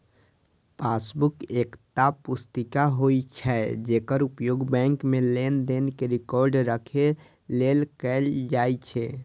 passbook एकटा पुस्तिका होइ छै, जेकर उपयोग बैंक मे लेनदेन के रिकॉर्ड राखै लेल कैल जाइ छै